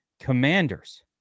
commanders